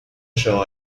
shall